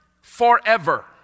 forever